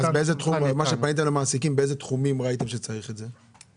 באיזה תחומים ראיתם שצריך את זה?